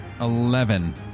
eleven